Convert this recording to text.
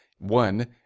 one